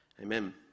amen